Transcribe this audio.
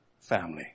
family